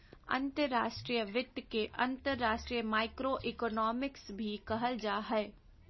अंतर्राष्ट्रीय वित्त के अंतर्राष्ट्रीय माइक्रोइकोनॉमिक्स भी कहल जा हय